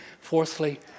fourthly